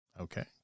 Okay